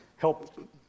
Help